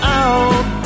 out